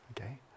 okay